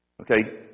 Okay